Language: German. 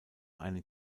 einen